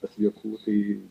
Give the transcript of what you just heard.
atliekų tai